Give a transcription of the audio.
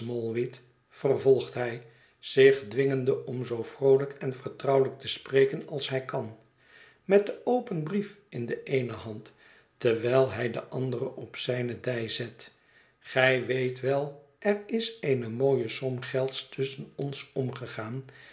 vervolgt hij zich dwingende om zoo vroohjk en vertrouwelijk te spreken als hij kan met den open brief in de eene hand terwijl hij de andere op zijne dij zet gij weet wel er is eene mooie som gelds tusschen ons omgegaan